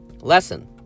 lesson